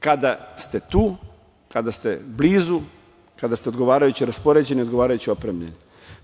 Kada ste tu, kada ste blizu, kada ste odgovarajuće raspoređeni, odgovarajuće opremljeni.